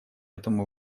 этому